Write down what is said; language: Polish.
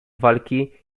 walki